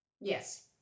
Yes